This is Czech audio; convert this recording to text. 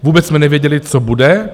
Vůbec jsme nevěděli, co bude.